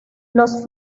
los